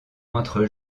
entre